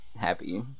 happy